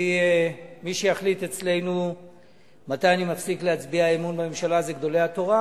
מי שיחליט אצלנו מתי אני מפסיק להצביע אמון בממשלה זה גדולי התורה,